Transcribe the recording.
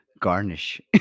garnish